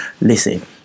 listen